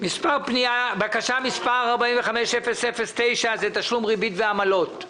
בקשה מס' 45-009 תשלום ריבית ועמלות.